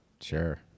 Sure